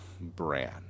brand